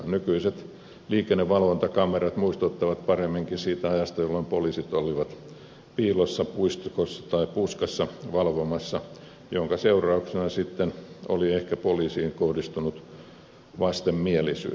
nykyiset liikennevalvontakamerat muistuttavat paremminkin siitä ajasta jolloin poliisit olivat piilossa puistikossa tai puskassa valvomassa ja jonka seurauksena sitten ehkä oli poliiseihin kohdistunut vastenmielisyys